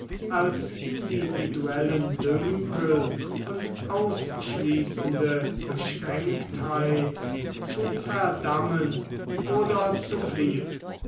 als individuellen dünkel und ausschließende beschränktheit zu verdammen oder zu fliehen